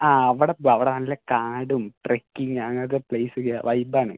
ആ അവിടുത്തെ ആണ് അവിടെ നല്ല കാടും ട്രക്കിംഗ് അങ്ങനത്തെ പ്ലേസ് ഒക്കെയാണ് വൈബ് ആണ്